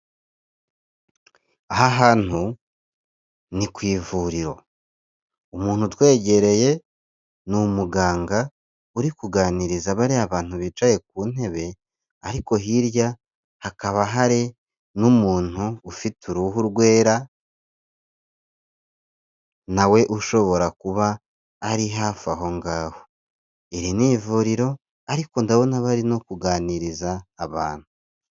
Aha hantu ni ku ivuriro, umuntu utwegereye ni umuganga uri kuganiriza bariya bantu bicaye ku ntebe, ariko hirya hakaba hari n'umuntu ufite uruhu rwera, nawe ushobora kuba ari hafi aho ngaho, iri ni ivuriro, ariko ndabona bari no kuganiriza abantu.